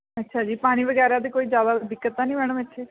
ਅੱਛਾ ਜੀ ਪਾਣੀ ਵਗੈਰਾ 'ਤੇ ਕੋਈ ਜ਼ਿਆਦਾ ਦਿੱਕਤ ਤਾਂ ਨਹੀਂ ਮੈਡਮ ਇੱਥੇ